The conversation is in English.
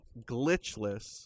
glitchless